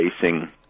facing